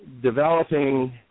developing